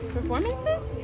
performances